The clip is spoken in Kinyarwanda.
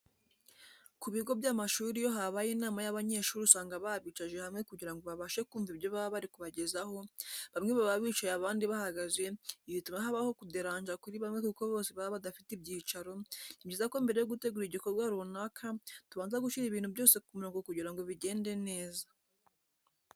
Ku bigo by'amashuri iyo habaye inama y'abanyeshuri usanga babicaje hamwe kugira ngo babashe kumva ibyo baba bari kubagezaho, bamwe baba bicaye abandi bahagaze, ibi bituma habaho kuderanja kuri bamwe kuko bose baba badafite ibyicaro, ni byiza ko mbere yo gutegura igikorwa runaka tubanza gushyira ibintu byose ku murongo kugira ngo bigende neza.